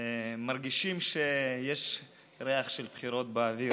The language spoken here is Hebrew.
מרגישים שיש ריח של בחירות באוויר.